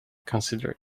considerate